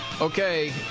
Okay